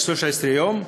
13 יום,